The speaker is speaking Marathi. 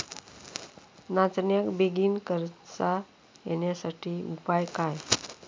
नाचण्याक बेगीन कणसा येण्यासाठी उपाय काय?